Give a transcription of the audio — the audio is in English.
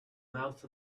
mouth